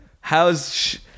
How's